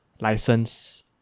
license